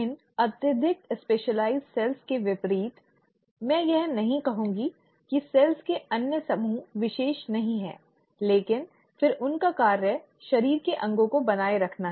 इन अत्यधिक विशिष्ट कोशिकाओं के विपरीत मैं यह नहीं कहूंगी कि कोशिकाओं के अन्य समूह विशेष नहीं हैं लेकिन फिर उनका कार्य शरीर के अंगों को बनाए रखना है